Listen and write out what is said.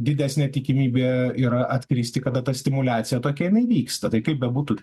didesnė tikimybė yra atkristi kada ta stimuliacija tokia jinai vyksta tai kaip bebūtų